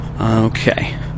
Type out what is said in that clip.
Okay